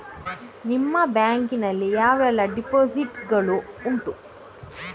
ನಿಮ್ಮ ಬ್ಯಾಂಕ್ ನಲ್ಲಿ ಯಾವೆಲ್ಲ ಡೆಪೋಸಿಟ್ ಗಳು ಉಂಟು?